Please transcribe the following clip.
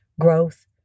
growth